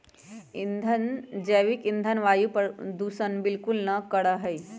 जैविक ईंधन वायु प्रदूषण बिलकुल ना करा हई